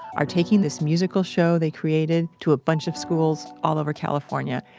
are taking this musical show they created to a bunch of schools all over california.